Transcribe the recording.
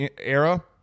era